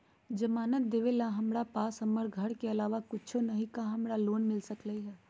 जमानत देवेला हमरा पास हमर घर के अलावा कुछो न ही का हमरा लोन मिल सकई ह?